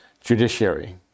judiciary